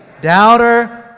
doubter